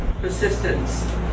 persistence